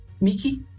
Mickey